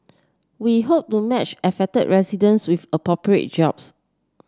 we hope to match affected residents with appropriate jobs